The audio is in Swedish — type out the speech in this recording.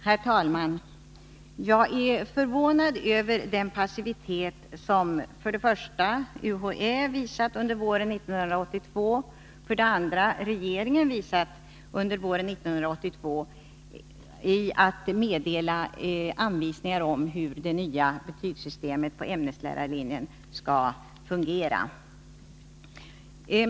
Herr talman! Jag är förvånad över den passivitet som för det första UHÄ och för det andra regeringen har visat under våren 1982 i fråga om att meddela anvisningar om hur det nya betygssystemet på ämneslärarlinjen skall fungera.